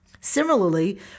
Similarly